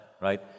right